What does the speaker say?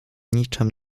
niczem